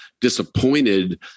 disappointed